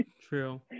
True